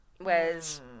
Whereas